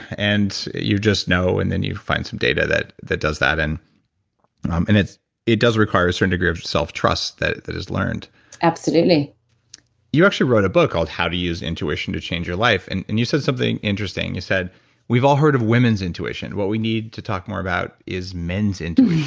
and you just know and then you find some data that that does that. and um and it it does require a certain degree of self-trust that that is learned absolutely you actually wrote a book called how to use intuition to change your life and and you said something interesting. you said we've all heard of women's intuition, what we need to talk more about is men's intuition,